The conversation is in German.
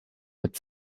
mit